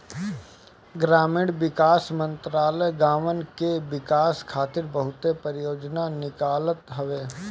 ग्रामीण विकास मंत्रालय गांवन के विकास खातिर बहुते परियोजना निकालत हवे